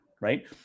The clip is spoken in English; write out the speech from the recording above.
right